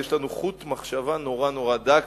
יש לנו חוט מחשבה מאוד מאוד דק,